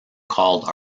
called